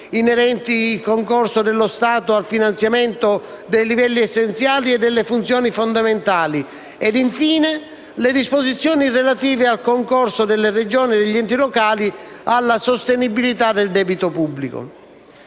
inerenti il concorso dello Stato al finanziamento dei livelli essenziali e delle funzioni fondamentali ed infine le disposizioni relative al concorso delle Regioni e degli enti locali alla sostenibilità del debito pubblico.